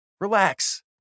Relax